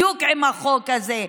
בדיוק עם החוק הזה,